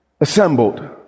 assembled